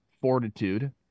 fortitude